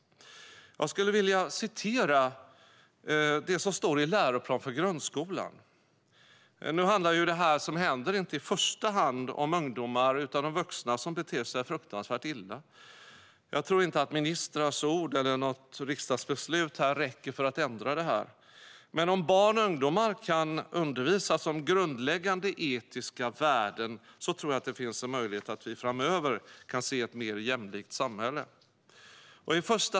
Jag skulle vilja citera det som står i läroplanen för grundskolan. Nu handlar det som händer inte i första hand om ungdomar utan om vuxna som beter sig fruktansvärt illa, och jag tror inte att ministrars ord eller något riksdagsbeslut räcker för att ändra det här. Men om barn och ungdomar kan undervisas om grundläggande etiska värden tror jag att det finns en möjlighet att vi framöver kan få se ett mer jämlikt samhälle.